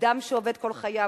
אדם שעובד כל חייו,